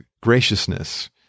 graciousness